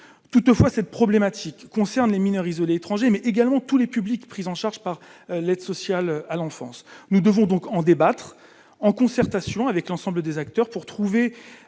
toutefois cette problématique concerne les mineurs isolés étrangers mais également tous les publics, prise en charge par l'Aide sociale à l'enfance, nous devons donc en débattre en concertation avec l'ensemble des acteurs pour trouver